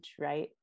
right